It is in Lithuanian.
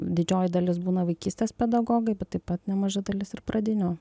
didžioji dalis būna vaikystės pedagogai bet taip pat nemaža dalis ir pradinių